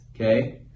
okay